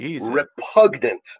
repugnant